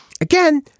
Again